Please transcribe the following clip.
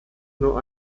nur